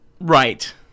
right